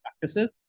practices